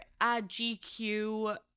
GQ